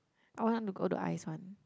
I want to go the ice one